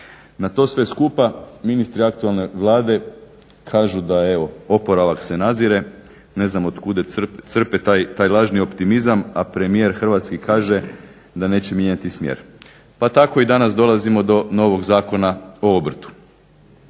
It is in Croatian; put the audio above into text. Na to sve skupa, ministre aktualne Vlade, kažu da evo oporavak se nazire. Ne znam otkuda crpe taj lažni optimizam, a premijer hrvatski kaže da neće mijenjati smjer. Pa tako i danas dolazimo do novog Zakona o obrtu.